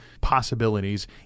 possibilities